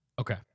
Okay